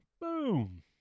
boom